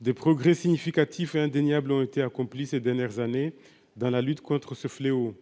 des progrès significatifs et indéniables ont été accomplis ces dernières années dans la lutte contre ce fléau,